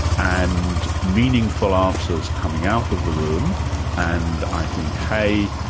and meaningful answers coming out of the room and i think, hey,